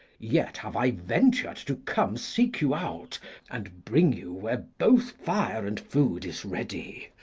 yet have i ventur'd to come seek you out and bring you where both fire and food is ready.